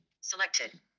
selected